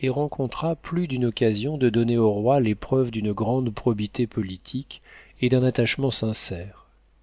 et rencontra plus d'une occasion de donner au roi les preuves d'une grande probité politique et d'un attachement sincère